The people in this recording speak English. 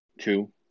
two